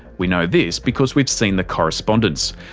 we know this because we've seen the correspondence.